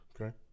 Okay